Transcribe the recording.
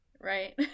Right